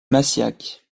massiac